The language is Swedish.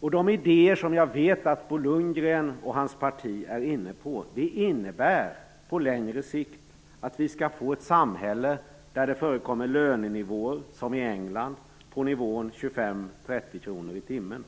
De idéer som jag vet att Bo Lundgren och hans parti är inne på, innebär på längre sikt att vi skall få ett samhälle där det, som i England, förekommer lönenivåer på 25-30 kronor i timmen.